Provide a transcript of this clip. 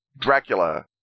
Dracula